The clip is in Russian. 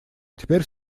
теперь